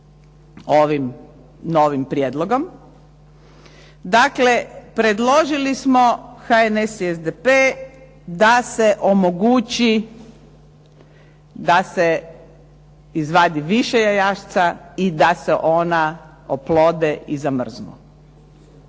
ovim novim prijedlogom. Dakle predložili smo, HNS i SDP, da se omogući da se izvadi više jajašca i da se ona oplode i zamrznu.